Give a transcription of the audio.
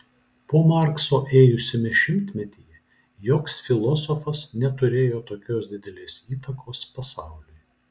po markso ėjusiame šimtmetyje joks filosofas neturėjo tokios didelės įtakos pasauliui